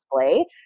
display